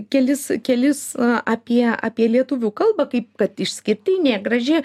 kelis kelis apie apie lietuvių kalbą kaip kad išskirtinė graži